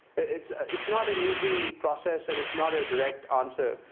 it's it's not an easy process and it's not a direct answer,